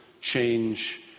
change